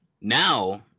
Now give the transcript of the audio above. now